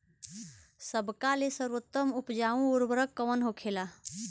सबका ले सर्वोत्तम उपजाऊ उर्वरक कवन होखेला?